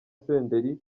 senderi